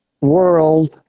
world